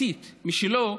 פרטית משלו,